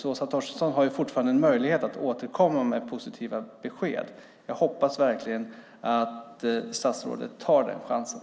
Åsa Torstensson har fortfarande en möjlighet att återkomma med positiva besked. Jag hoppas verkligen att statsrådet tar den chansen.